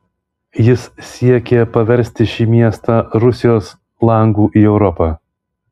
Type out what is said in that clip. jis siekė paversti šį miestą rusijos langu į europą